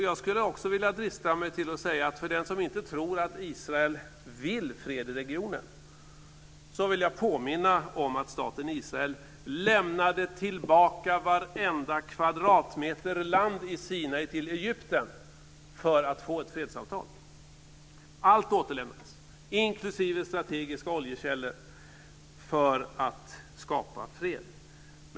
Jag skulle vilja drista mig till att påminna dem som inte tror att Israel vill fred i regionen om att staten Israel lämnade tillbaka varenda kvadratmeter land i Sinai till Egypten för att få ett fredsavtal. Allt återlämnades, inklusive strategiskt viktiga oljekällor, för att skapa fred.